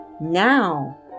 now